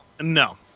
No